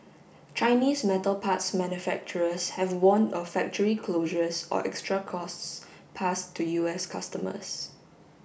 Chinese metal parts manufacturers have warned of factory closures or extra costs passed to U S customers